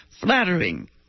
flattering